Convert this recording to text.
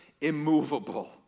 immovable